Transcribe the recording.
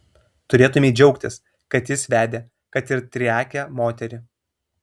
turėtumei džiaugtis kad jis vedė kad ir triakę moterį